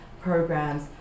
programs